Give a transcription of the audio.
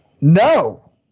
No